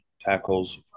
tackles